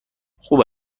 خوب